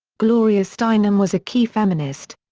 gloria steinem was a key feminist.